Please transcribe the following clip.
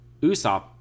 Usopp